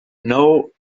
know